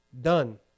done